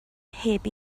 heb